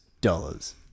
Dollars